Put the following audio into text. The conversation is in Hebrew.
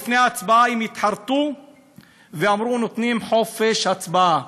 לפני ההצבעה הם התחרטו ואמרו: נותנים חופש הצבעה.